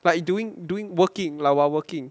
like you doing doing working lah while working